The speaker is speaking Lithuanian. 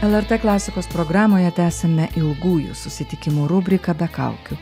lrt klasikos programoje tęsiame ilgųjų susitikimų rubriką be kaukių